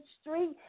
Street